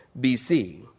BC